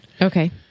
Okay